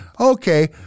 Okay